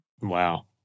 Wow